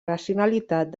racionalitat